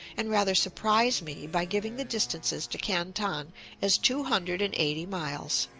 and rather surprise me by giving the distances to canton as two hundred and eighty miles.